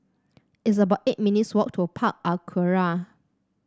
it's about eight minutes' walk to Park Aquaria